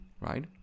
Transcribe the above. right